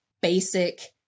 basic